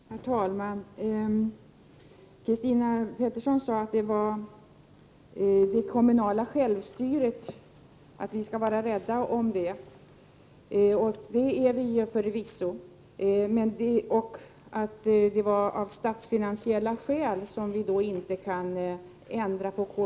Herr talman! Christina Pettersson sade att vi skall vara rädda om det kommunala självstyret — och det är vi förvisso — och att det är av statsfinansiella skäl som KBT-reglerna inte kan ändras.